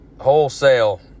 wholesale